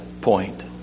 point